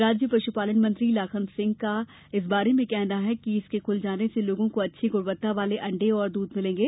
राज्य पशुपालन मंत्री लाखन सिंह का इस बारे में कहना है कि इसके खुल जाने से लोगों को अच्छी गुणवत्ता वाले अंडे और दूध मिलेंगे